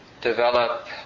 develop